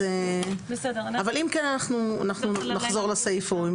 אבל אם כן אנחנו נחזור לסעיף ההוא,